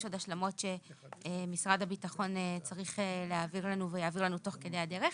יש עוד השלמות שמשרד הביטחון צריך להעביר לנו ויעביר לנו תוך כדי הדרך.